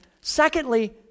Secondly